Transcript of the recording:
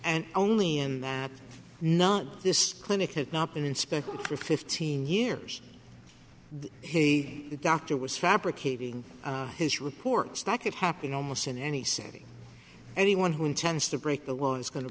and only in that not this clinic has not been inspected for fifteen years has a doctor was fabricating his reports that could happen almost in any city anyone who intends to break the law is going to